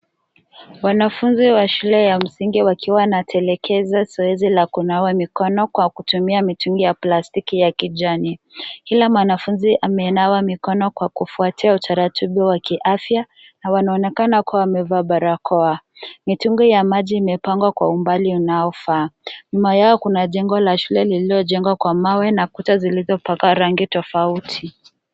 Wanafunzi wa shule ya msingi wakiwa wana tekeleza zoezi la kunawa mikono kwa kutumia mitungi ya plastiki ya kijani. kila manafunzi amenawa mikono kwa kufuatia utaratubu wa kiafya, awanawanakana kwa mevaa barakoa. Mitungi ya maji mepango kwa umbali unaufa. nyumayawo kuna jengo la shule lililo jengwa kwa mawe na kuta zilizopakwa rangi tofauti.